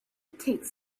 takes